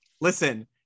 listen